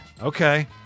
Okay